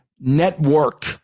Network